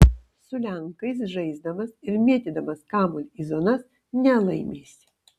su lenkais žaisdamas ir mėtydamas kamuolį į zonas nelaimėsi